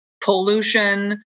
pollution